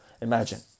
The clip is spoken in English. Imagine